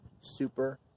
super